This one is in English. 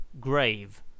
grave